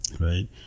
right